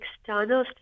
external